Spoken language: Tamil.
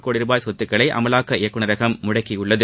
கோடி ரூபாய் சொத்துக்களை அமலாக்க இயக்குனரகம் முடக்கியுள்ளது